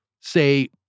say